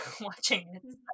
watching